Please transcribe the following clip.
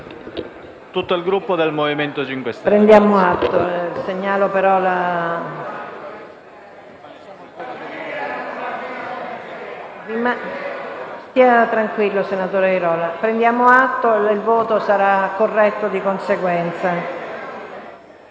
tutto il Gruppo Movimento 5 Stelle.